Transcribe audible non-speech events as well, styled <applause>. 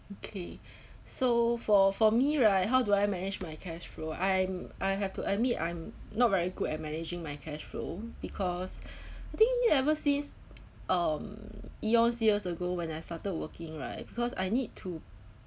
okay <breath> so for for me right how do I manage my cash flow I'm I have to admit I'm not very good at managing my cash flow because <breath> I think ever since um eons years ago when I started working right because I need to